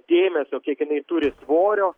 dėmesio kiek jinai turi svorio